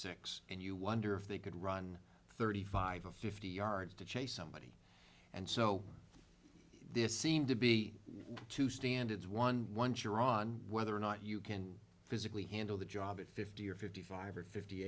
six and you wonder if they could run thirty five or fifty yards to chase somebody and so this seemed to be two standards one one ciaran whether or not you can physically handle the job at fifty or fifty five or fifty